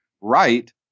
right